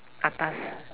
atas